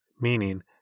meaning